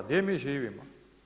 Gdje mi živimo?